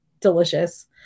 delicious